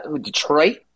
Detroit